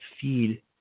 feed